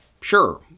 Sure